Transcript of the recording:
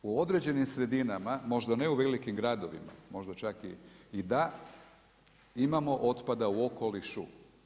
U određenim sredinama, možda ne u velikim gradovima, možda čak i da, imamo otpada u okolišu.